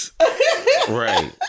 Right